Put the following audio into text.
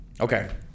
okay